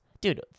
Dude